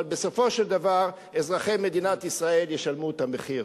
אבל בסופו של דבר אזרחי מדינת ישראל ישלמו את המחיר.